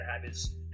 habits